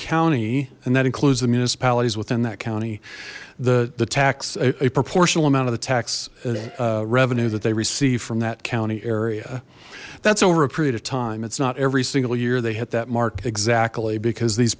county and that includes the municipalities within that county the the tax a proportional amount of the tax revenue that they receive from that county area that's over a period of time it's not every single year they hit that mark exactly because these